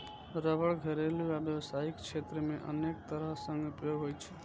रबड़ घरेलू आ व्यावसायिक क्षेत्र मे अनेक तरह सं उपयोगी होइ छै